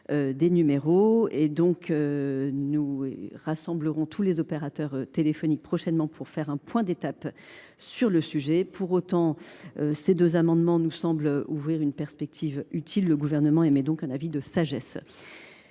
des numéros. À cet effet, nous rassemblerons prochainement tous les opérateurs téléphoniques pour faire un point d’étape sur ce sujet. Pour autant, ces deux amendements nous semblent ouvrir une perspective utile. Le Gouvernement émet donc un avis de sagesse.